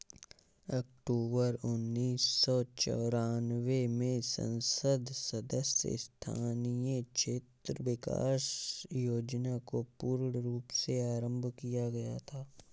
अक्टूबर उन्नीस सौ चौरानवे में संसद सदस्य स्थानीय क्षेत्र विकास योजना को पूर्ण रूप से आरम्भ किया गया था